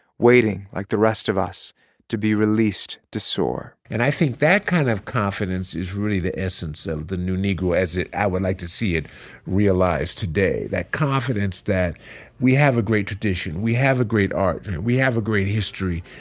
waiting like the rest of us to be released to soar and i think that kind of confidence is really the essence of the new negro as it i would like to see it realize today, that confidence that we have a great tradition. we have a great art. and we have a great history.